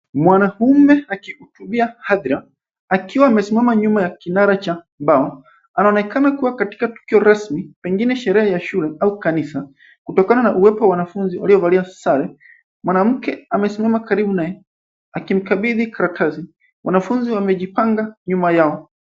Mwanamme akihutubia hadhira akiwa amesimama nyuma ya kinara cha mbao anaonekana kuwa katika tukio rasmi pengine sherehe ya shule au kanisa kutokana na uwepo wa wanafunzi walio valia sare. Mwanamke amesimama karibu naye akimkabidhi karatasi. Wanafunzi wamejipanga nyuma yao.